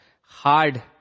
hard